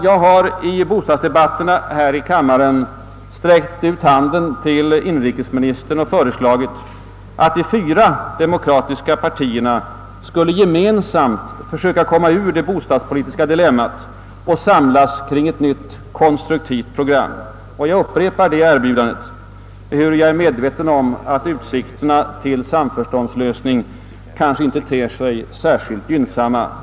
Jag har i bostadsdebatterna här i kammaren sträckt ut handen till inrikesministern och föreslagit att de fyra demokratiska partierna skulle gemensamt försöka komma ur det bostadspolitiska dilemmat och samlas kring ett nytt, konstruktivt program. Jag upprepar detta erbjudande, ehuru jag är medveten om att utsikterna till en samförståndslösning inte ter sig särskilt gynnsamma.